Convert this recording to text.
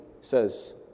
says